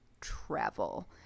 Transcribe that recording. travel